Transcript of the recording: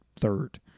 third